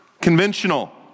conventional